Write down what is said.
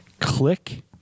click